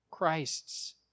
Christ's